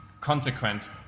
consequent